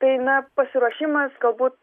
tai na pasiruošimas galbūt